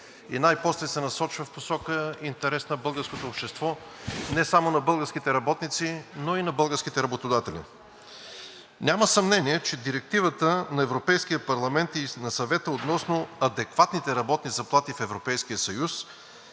и най-после се насочва в посока интерес на българското общество – не само на българските работници, но и на българските работодатели. Няма съмнение, че Директивата на Европейския парламент и на Съвета относно адекватните работни заплати в Европейския съюз,